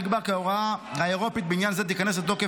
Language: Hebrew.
נקבע כי ההוראה האירופאית בעניין זה תיכנס לתוקף